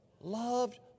Loved